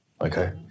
Okay